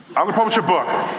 i'm gonna publish a book,